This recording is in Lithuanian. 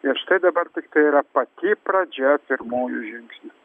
ir štai dabar tiktai yra pati pradžia pirmųjų žingsnių